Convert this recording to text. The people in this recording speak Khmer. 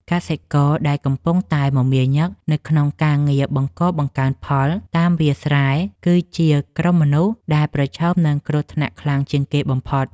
កសិករដែលកំពុងតែមមាញឹកនៅក្នុងការងារបង្កបង្កើនផលតាមវាលស្រែគឺជាក្រុមមនុស្សដែលប្រឈមនឹងគ្រោះថ្នាក់ខ្លាំងជាងគេបំផុត។